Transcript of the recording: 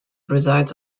resides